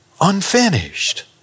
unfinished